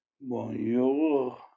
Bonjour